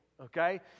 Okay